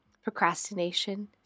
Procrastination